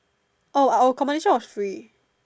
oh our accommodation was free